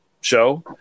show